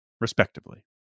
Respectively